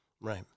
Right